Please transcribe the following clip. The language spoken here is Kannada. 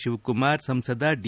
ಶಿವಕುಮಾರ್ ಸಂಸದ ಡಿ